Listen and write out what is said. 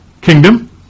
kingdom